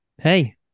Hey